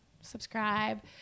subscribe